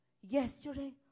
yesterday